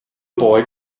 boy